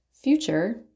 future